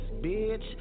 bitch